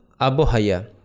Abohaya